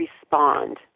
respond